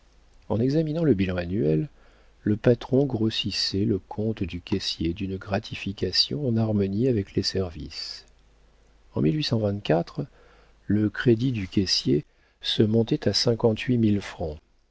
en examinant le bilan annuel le patron grossissait le compte du caissier d'une gratification en harmonie avec les services en le crédit du caissier se montait à cinquante-huit mille francs